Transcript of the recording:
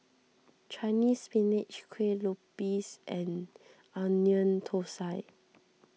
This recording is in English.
Chinese Spinach Kuih Lopes and Onion Thosai